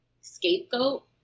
scapegoat